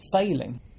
failing